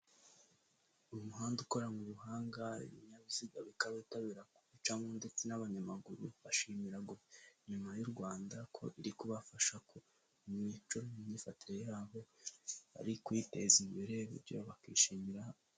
Umuhanda ukoranwe ubuhanga, ibinyabiziga bikawitabira kuwucamo ndetse n'abanyamaguru, bagashimira guverinoma y'u Rwanda, ko iri kubafasha imico n'imyifatire yabo, bari kuyiteza imbere, bityo bakishimira.